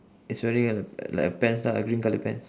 it's wearing a like a pants lah a green colour pants